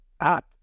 app